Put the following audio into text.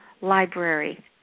library